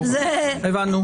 הבנו.